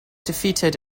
defeated